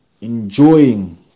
enjoying